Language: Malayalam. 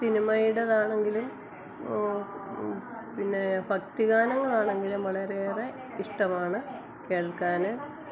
സിനിമയുടേതാണെങ്കിലും പിന്നെ ഭക്തി ഗാനങ്ങളാണെങ്കിലും വളരെയേറെ ഇഷ്ടമാണ് കേൾക്കാന്